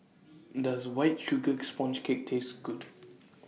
Does White Sugar Sponge Cake Taste Good